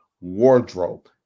wardrobe